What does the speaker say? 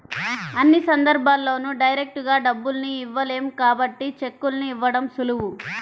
అన్ని సందర్భాల్లోనూ డైరెక్టుగా డబ్బుల్ని ఇవ్వలేం కాబట్టి చెక్కుల్ని ఇవ్వడం సులువు